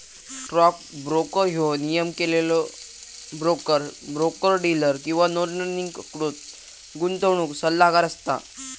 stock broker ह्यो नियमन केलेलो ब्रोकर, ब्रोकर डीलर किंवा नोंदणीकृत गुंतवणूक सल्लागार असता